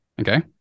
okay